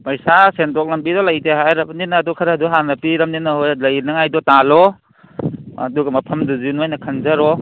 ꯄꯩꯁꯥ ꯁꯦꯟꯊꯣꯛ ꯂꯝꯕꯤꯗꯣ ꯂꯩꯇꯦ ꯍꯥꯏꯔꯕꯅꯤꯅ ꯑꯗꯨ ꯈꯔꯗꯨ ꯍꯥꯟꯅ ꯄꯤꯔꯕꯅꯤꯅ ꯍꯣꯏ ꯂꯩꯅꯉꯥꯏꯗꯨ ꯇꯥꯜꯂꯣ ꯑꯗꯨꯒ ꯃꯐꯝꯗꯨꯁꯨ ꯅꯣꯏꯅ ꯈꯟꯖꯔꯣ